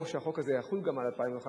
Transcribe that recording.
או שהחוק הזה יחול גם על 2011,